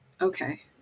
okay